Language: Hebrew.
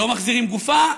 לא מחזירים גופה,